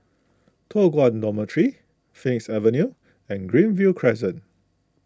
Toh Guan Dormitory Phoenix Avenue and Greenview Crescent